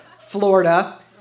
Florida